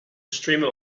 streamer